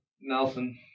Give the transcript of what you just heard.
Nelson